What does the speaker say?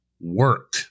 work